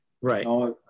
Right